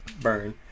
Burn